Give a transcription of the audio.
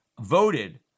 voted